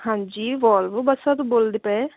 ਹਾਂਜੀ ਵੋਲਵੋ ਬੱਸਾਂ ਤੋਂ ਬੋਲਦੇ ਪਏ